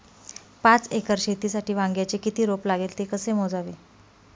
पाच एकर शेतीसाठी वांग्याचे किती रोप लागेल? ते कसे मोजावे?